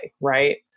Right